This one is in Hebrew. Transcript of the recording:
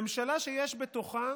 ממשלה שיש בתוכה